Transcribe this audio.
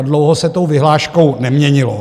Dlouho se to tou vyhláškou neměnilo.